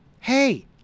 hey